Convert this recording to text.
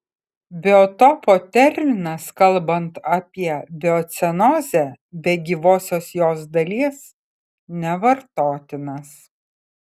biotopo terminas kalbant apie biocenozę be gyvosios jos dalies nevartotinas